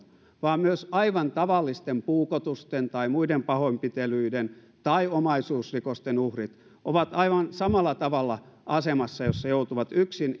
vaan myös aivan tavallisten puukotusten tai muiden pahoinpitelyiden tai omaisuusrikosten uhrit ovat aivan samalla tavalla asemassa jossa joutuvat yksin